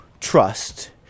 trust